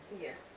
Yes